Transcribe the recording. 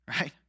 right